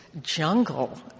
jungle